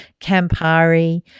campari